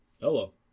Hello